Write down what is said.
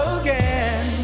again